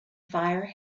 fire